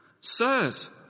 Sirs